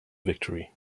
victory